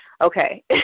okay